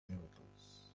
miracles